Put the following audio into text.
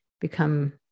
become